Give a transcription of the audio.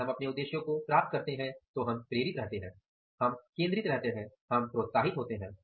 यदि हम अपने उद्देश्यों को प्राप्त करते हैं तो हम प्रेरित रहते हैं हम केंद्रित रहते हैं हम प्रोत्साहित होते हैं